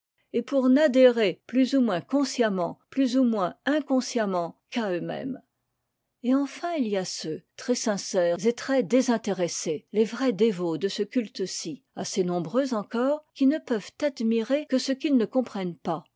et pour n'adhérer plus ou moins consciemment plus ou moins inconsciemment qu'à eux-mêmes et enfin il y a ceux très sincères et très désintéressés les vrais dévots de ce culte ci assez nombreux encore qui ne peuvent admirer que ce qu'ils ne comprennent pas